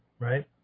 Right